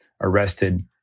arrested